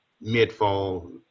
mid-fall